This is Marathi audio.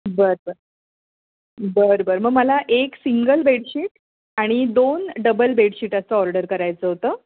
बरं बरं बरं बरं मग मला एक सिंगल बेडशीट आणि दोन डबल बेडशीटाचं ऑर्डर करायचं होतं